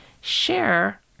share